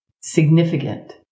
significant